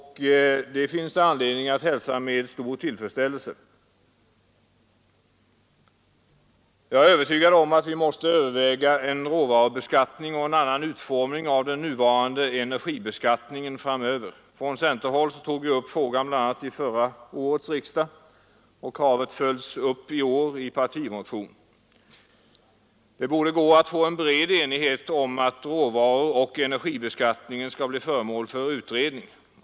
Detta finns det anledning att hälsa med stor tillfredsställelse. Jag är övertygad om att vi måste överväga en råvarubeskattning och en annan utformning av den nuvarande energibeskattningen framöver. Från centerhåll tog vi upp frågan bl.a. vid förra årets riksdag, och kravet följs upp i år i partimotion. Det borde gå att få en bred enighet om att råvaruoch energibeskattningen skall bli föremål för utredning.